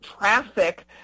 traffic